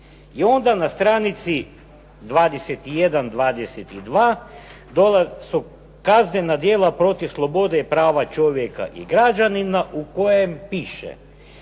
I onda na stranici 21., 22. kaznena djela protiv slobode i prava čovjeka i građanina u kojem piše